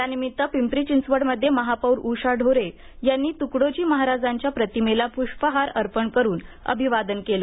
यानिमित्त पिंपरी चिंचवडमध्ये महापौर उषा ढोरे यांनी त्कडोजी महाराजांच्या प्रतिमेला प्ष्पहार अर्पण करुन अभिवादन केलं